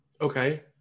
Okay